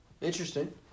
Interesting